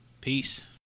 Peace